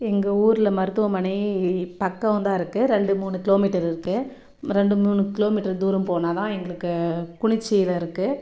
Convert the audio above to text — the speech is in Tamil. எங்கள் ஊரில் மருத்துவமனை பக்கம் தான் இருக்குது ரெண்டு மூணு கிலோமீட்டர் இருக்குது ரெண்டு மூணு கிலோமீட்டர் தூரம் போனால் தான் எங்களுக்கு குனிச்சியில் இருக்குது